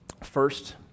first